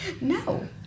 No